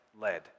led